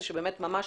שממש